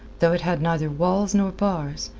though it had neither walls nor bars,